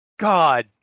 God